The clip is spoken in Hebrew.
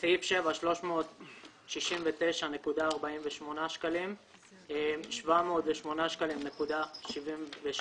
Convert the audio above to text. (1)סעיף 7 369.48 (2)סעיף 8(ב) 708.76